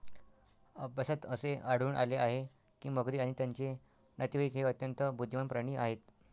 अभ्यासात असे आढळून आले आहे की मगरी आणि त्यांचे नातेवाईक हे अत्यंत बुद्धिमान प्राणी आहेत